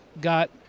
got